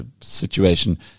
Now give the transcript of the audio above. situation